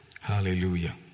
Hallelujah